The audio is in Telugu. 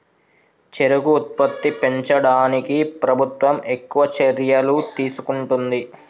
చెరుకు ఉత్పత్తి పెంచడానికి ప్రభుత్వం ఎక్కువ చర్యలు తీసుకుంటుంది